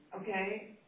Okay